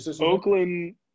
Oakland